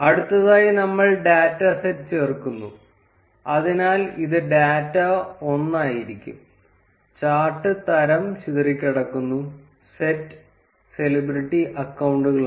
അടുത്തതായി നമ്മൾ data set ചേർക്കുന്നു അതിനാൽ ഇത് ഡാറ്റ ഒന്നായിരിക്കും ചാർട്ട് തരം ചിതറിക്കിടക്കുന്നു സെറ്റ് സെലിബ്രിറ്റി അക്കൌണ്ടുകളാണ്